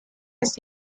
ist